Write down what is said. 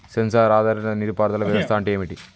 Censor ఆధారిత నీటి పారుదల వ్యవస్థ అంటే ఏమిటి?